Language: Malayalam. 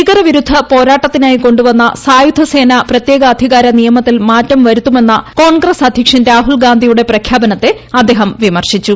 ഭീകരവിരുദ്ധ പോരാട്ടത്തിനായി കൊണ്ടുവന്ന സായുധ സേനാ പ്രത്യേകാധികാര നിയമത്തിൽ മാറ്റം വരുത്തുമെന്ന കോൺഗ്രസ് അധ്യക്ഷൻ രാഹുൽഗാന്ധിയുടെ പ്രഖ്യാപനത്തെ അദ്ദേഹം വിമർശിച്ചു